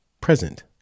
present